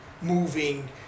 moving